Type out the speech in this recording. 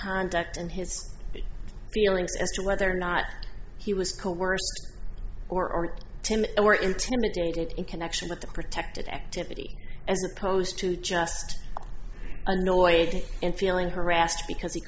contact and his feelings as to whether or not he was coerced or timid or intimidated in connection with a protected activity as opposed to just annoyed and feeling harassed because he